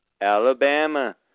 Alabama